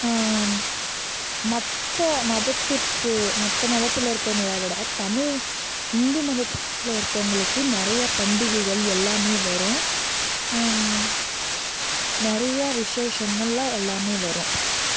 மற்ற மதத்திற்கு மற்ற மதத்தில் இருக்கவங்கள விட தமிழ் இந்து மதத்தில் இருக்கவங்களுக்கு நிறையா பண்டிகைகள் எல்லாம் வரும் நிறையா விசேஷங்கள்லாம் எல்லாம் வரும்